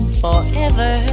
forever